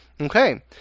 Okay